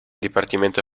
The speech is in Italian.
dipartimento